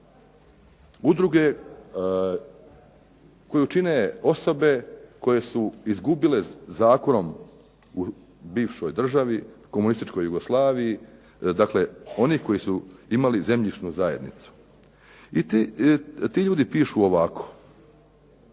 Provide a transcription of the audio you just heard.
udruge koju čine osobe koje su izgubile zakonom u bivšoj državi, komunističkoj Jugoslaviji, onih koji su imali zemljišnu zajednicu. I ti ljudi pišu ovako,